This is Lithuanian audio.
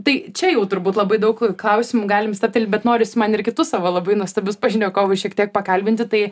tai čia jau turbūt labai daug klausimų galime stabtelėt bet norisi man ir kitus savo labai nuostabius pašnekovus šiek tiek pakalbinti tai